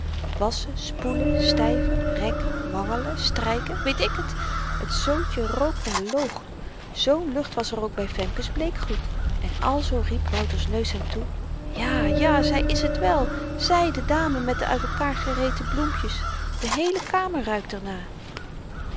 wasschen spoelen styven rekken mangelen stryken weet ik het het zoodje rook naar loog z'n lucht was er ook by femke's bleekgoed en alzoo riep wouter's neus hem toe ja ja zy is t wel zy de dame met de uit elkaar gereten bloempjes de heele kamer ruikt